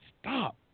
Stop